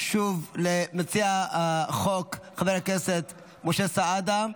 שוב למציע החוק, חבר הכנסת משה סעדה.